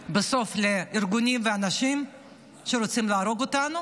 לארגונים ואנשים שרוצים להרוג אותנו,